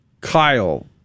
Kyle